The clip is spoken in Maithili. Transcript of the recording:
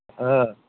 हॅं